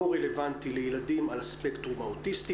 רלוונטי לילדים על הספקטרום האוטיסטי.